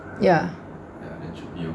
ya